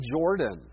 Jordan